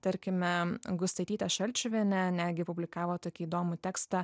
tarkime gustaitytė šalčiuvienė negi publikavo tokį įdomų tekstą